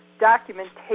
documentation